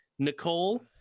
nicole